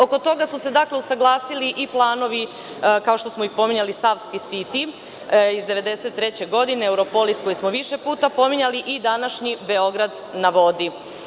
Oko toga su se saglasili i planovi, ako što smo i pominjali Savski siti iz 1993. godine , Europolis koji smo više puta pominjali i današnji „Beograd na vodi“